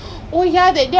but very lah